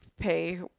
pay